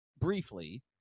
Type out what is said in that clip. briefly